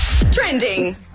Trending